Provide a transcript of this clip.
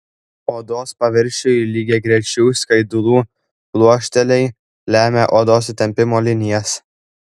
odos paviršiui lygiagrečių skaidulų pluošteliai lemia odos įtempimo linijas